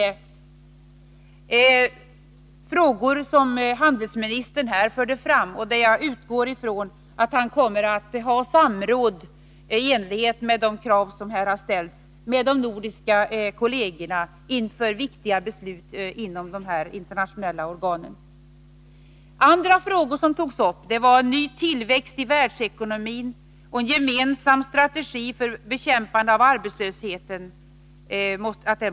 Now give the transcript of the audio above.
Det är frågor som handelsministern här har fört fram och där jag utgår från att han kommer att ha samråd med de nordiska kollegorna inför viktiga beslut inom dessa internationella organ, i enlighet med de krav som har ställts. Andra frågor som togs upp var ny tillväxt i världsekonomin och en gemensam strategi för bekämpande av arbetslösheten.